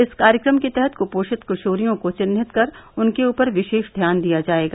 इस कार्यक्रम के तहत कुयोषित किशोरियों को चिहित कर उनके ऊपर विशेष ध्यान दिया जाएगा